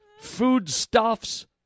foodstuffs